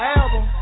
album